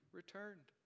returned